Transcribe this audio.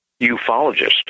ufologist